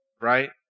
right